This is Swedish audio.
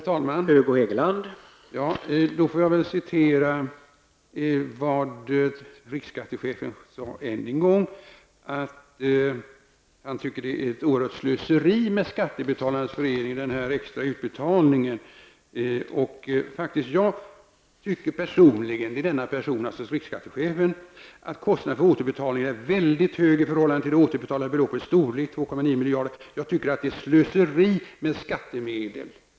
Herr talman! Jag får väl citera riksskattechefen ytterligare. Han tycker att den här extra utbetalningen är ett oerhört slöseri med skattebetalarnas medel. Han säger: ''Jag tycker personligen'' -- det är alltså i egenskap av riksskattechef -- ''att kostnaden för återbetalningen är väldigt hög i förhållande till det återbetalade beloppets storlek, 2,9 miljarder, jag tycker att det är slöseri med skattemedel.''